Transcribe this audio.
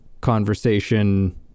conversation